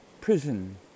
prison